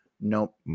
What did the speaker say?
Nope